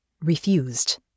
Refused